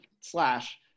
slash